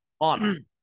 on